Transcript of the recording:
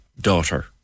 daughter